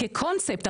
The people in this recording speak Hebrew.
כקונספט.